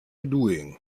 doing